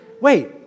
wait